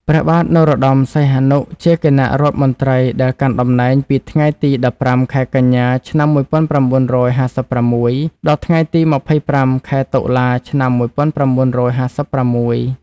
ព្រះបាទនរោត្តម សីហនុ ជាគណៈរដ្ឋមន្ត្រីដែលកាន់តំណែងពីថ្ងៃទី១៥ ខែកញ្ញា ឆ្នាំ១៩៥៦ ដល់ថ្ងៃទី ២៥ ខែតុលា ឆ្នាំ១៩៥៦។